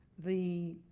the